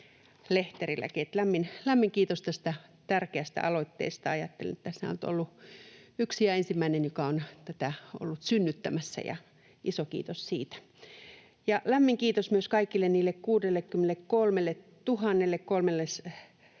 Lämmin kiitos tästä tärkeästä aloitteesta. Ajattelen, että tässä on yksi ja ensimmäinen, joka on tätä ollut synnyttämässä, ja iso kiitos siitä. Lämmin kiitos myös kaikille niille 63 382